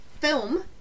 film